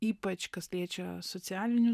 ypač kas liečia socialiniu